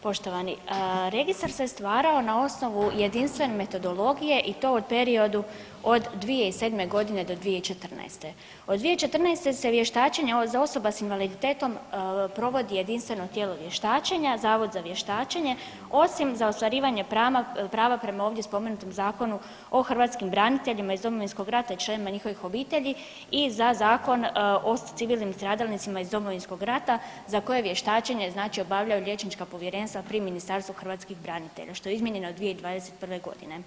Poštovani, registar se stvarao na osnovu jedinstvene metodologije i to u periodu od 2007.g. do 2014., od 2014. se vještačenje za osobe s invaliditetom provodi jedinstveno tijelo vještačenja, zavod za vještačenje, osim za ostvarivanje prava prema ovdje spomenutom Zakonu o hrvatskim braniteljima iz Domovinskog rata i članovima njihovih obitelji i za Zakon o civilnim stradalnicima iz Domovinskog rata za koje vještačenje znači obavljaju liječnička povjerenstva pri Ministarstvu hrvatskih branitelja, što je izmijenjeno 2021.g.